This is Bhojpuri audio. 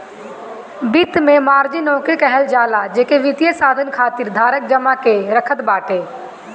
वित्त में मार्जिन ओके कहल जाला जेके वित्तीय साधन खातिर धारक जमा कअ के रखत बाटे